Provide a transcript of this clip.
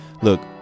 Look